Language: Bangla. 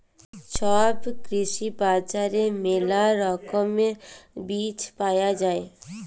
ছব কৃষি বাজারে মেলা রকমের বীজ পায়া যাই